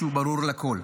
שהוא ברור לכול,